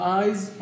eyes